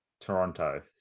Toronto